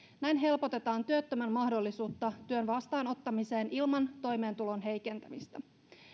näin helpotetaan työttömän mahdollisuutta työn vastaanottamiseen ilman toimeentulon heikentymistä